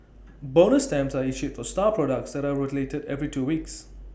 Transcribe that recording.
bonus stamps are issued for star products that are rotated every two weeks